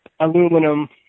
aluminum